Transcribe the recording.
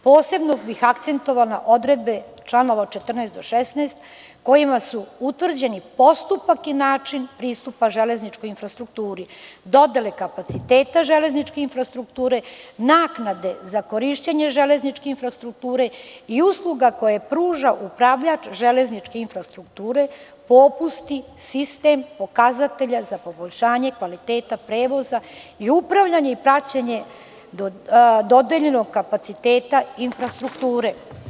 Posebno bih akcentovala na odredbe članova 14. do 16. kojima su utvrđeni postupak i način pristupa železničkoj infrastrukturi, dodele kapaciteta železničke infrastrukture, naknade za korišćenje železničke infrastrukture i usluga koje pruža upravljač železničke infrastrukture, popusti, sistem, pokazatelja za poboljšanje kvaliteta prevoza i upravljanje i praćenje dodeljenog kapaciteta infrastrukture.